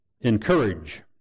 encourage